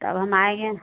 तब हम आएँगे